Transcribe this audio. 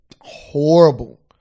horrible